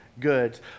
Goods